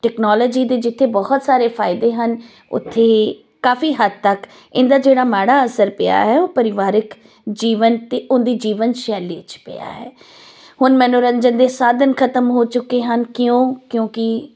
technology ਦੇ ਜਿੱਥੇ ਬਹੁਤ ਸਾਰੇ ਫਾਇਦੇ ਹਨ ਉੱਥੇ ਕਾਫੀ ਹੱਦ ਤੱਕ ਇਹਦਾ ਜਿਹੜਾ ਮਾੜਾ ਅਸਰ ਪਿਆ ਹੈ ਉਹ ਪਰਿਵਾਰਿਕ ਜੀਵਨ 'ਤੇ ਉਹਦੀ ਜੀਵਨਸ਼ੈਲੀ 'ਚ ਪਿਆ ਹੈ ਹੁਨ ਮਨੋਰੰਜਨ ਦੇ ਸਾਧਨ ਖ਼ਤਮ ਹੋ ਚੁੱਕੇ ਹਨ ਕਿਉਂ ਕਿਉਂਕਿ